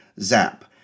zap